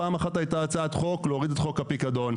פעם אחת הייתה הצעת חוק להוריד את חוק הפיקדון,